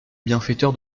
bienfaiteur